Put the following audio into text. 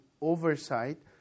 oversight